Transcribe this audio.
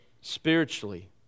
spiritually